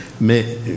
Mais